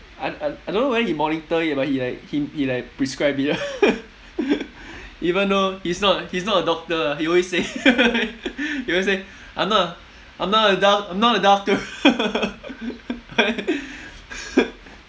I I I I don't know whether he monitor it but he like he like prescribe it ah even though he's not he's not a doctor ah he always say he always say I'm not a I'm not a doc~ I'm not a doctor